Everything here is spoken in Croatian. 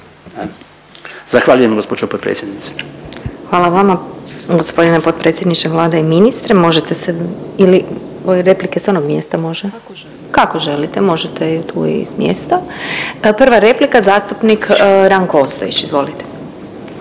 Zahvaljujem gospođo potpredsjednice. **Glasovac, Sabina (SDP)** Hvala vama g. potpredsjedniče Vlade i ministre. Možete se ili replike s onog mjesta može, kako želite? Možete i tu i s mjesta. Prva replika zastupnik Ranko Ostojić, izvolite.